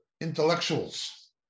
intellectuals